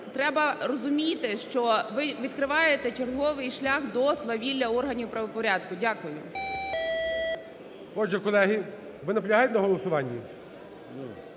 треба розуміти, що ви відкриваєте черговий шлях до свавілля органів правопорядку. Дякую. ГОЛОВУЮЧИЙ. Отже, колеги, ви наполягаєте на голосуванні?